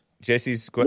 Jesse's